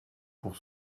pour